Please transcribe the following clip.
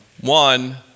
one